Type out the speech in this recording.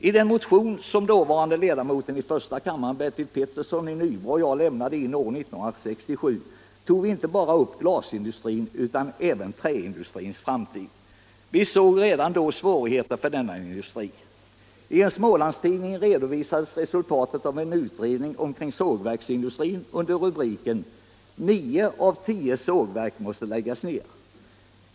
I den motion som dåvarande ledamoten av första kammaren Bertil Pettersson i Nybro och jag lämnade in år 1967 tog vi inte bara upp problemen med glasindustrin utan även frågan om träindustrins framtid. Vi såg redan då svårigheter för denna industri. I en Smålandstidning redovisades resultatet av en utredning omkring sågverksindustrin under rubriken ”9 av 10 sågverk måste läggas ner”.